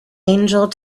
angel